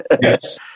Yes